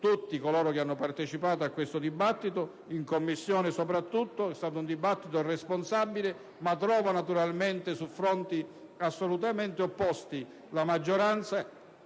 tutti coloro che hanno partecipato a questo dibattito. In Commissione, soprattutto, si è avuto un dibattito responsabile, ma trovo naturalmente su fronti assolutamente opposti la maggioranza